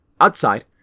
Outside